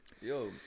yo